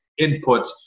inputs